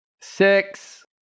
six